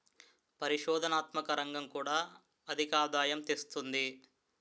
పరిశోధనాత్మక రంగం కూడా అధికాదాయం తెస్తుంది